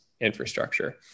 infrastructure